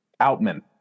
Outman